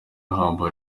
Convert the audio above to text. humble